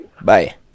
Bye